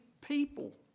people